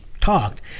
talked